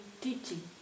teaching